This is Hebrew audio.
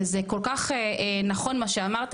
וזה כל כך נכון מה שאמרת,